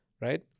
right